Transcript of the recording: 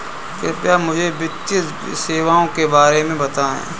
कृपया मुझे वित्तीय सेवाओं के बारे में बताएँ?